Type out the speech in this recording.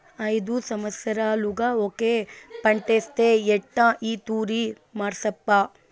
ఐదు సంవత్సరాలుగా ఒకే పంటేస్తే ఎట్టా ఈ తూరి మార్సప్పా